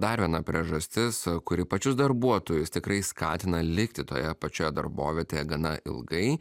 dar viena priežastis kuri pačius darbuotojus tikrai skatina likti toje pačioje darbovietėje gana ilgai